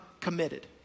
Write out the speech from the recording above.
committed